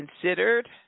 considered